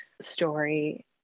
story